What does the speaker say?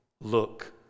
look